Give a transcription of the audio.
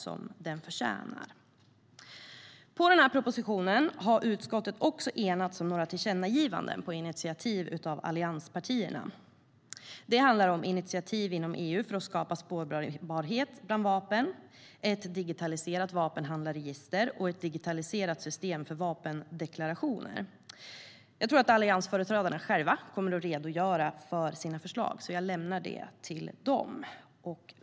Med anledning av propositionen har utskottet också enats om ett par tillkännagivanden på initiativ av allianspartierna. De handlar om initiativ inom EU för att skapa spårbarhet bland vapen, ett digitaliserat vapenhandlarregister och ett digitaliserat system för vapendeklarationer. Jag tror att alliansföreträdarna själva kommer att redogöra för sina förslag, så jag lämnar förslagen till dem.